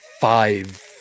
five